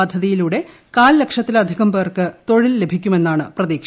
പദ്ധതിയിലൂടെ കാൽ ലക്ഷത്തിലധികം പേർക്ക് തൊഴിൽ ലഭിക്കുമെന്നാണ് പ്രതീക്ഷ